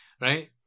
Right